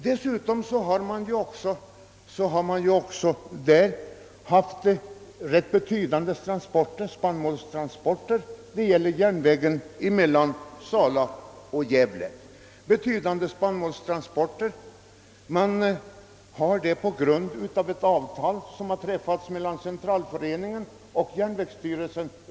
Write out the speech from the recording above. Dessutom sker betydande spannmålstransporter på grundval av ett femårigt avtal som träffats mellan centralföreningen och järnvägsstyrelsen.